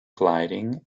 gliding